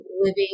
living